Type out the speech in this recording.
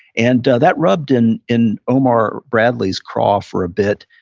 and that rubbed in in omar bradley's craw for a bit,